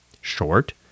Short